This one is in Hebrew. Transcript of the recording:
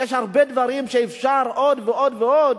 יש הרבה דברים שאפשר עוד ועוד ועוד.